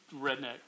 redneck